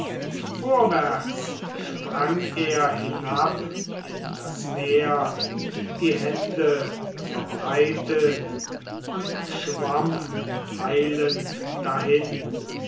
vorwärts sprang er hinab in das meer die hände verbreitet und schwamm eilend dahin